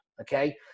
okay